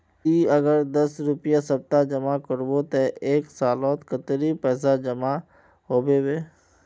ती अगर दस रुपया सप्ताह जमा करबो ते एक सालोत कतेरी पैसा जमा होबे बे?